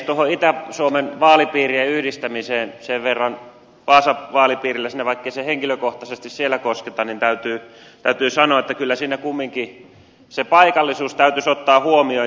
tuosta itä suomen vaalipiirien yhdistämisestä sen verran vaasan vaalipiiriläisenä vaikkei se henkilökohtaisesti siellä kosketa täytyy sanoa että kyllä siinä kumminkin paikallisuus täytyisi ottaa huomioon